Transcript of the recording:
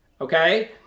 Okay